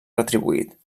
retribuït